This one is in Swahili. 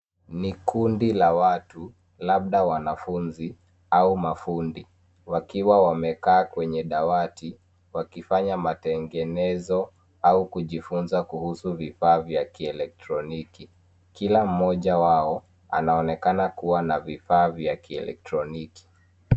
Ni kundi la watu, labda wanafunzi au mafundi, wakiwa wamekaa kwenye dawati, wakifanya matengenezo au kujifunza kuhusu vifaa vya kieletroniki. Kila mmoja wao anaonekana kua na vifaa vya kieletroniki.